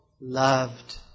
loved